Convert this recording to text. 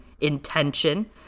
intention